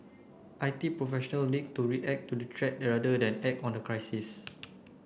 I T professional need to react to the rather than on the crisis